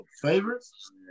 favorites